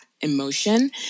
emotion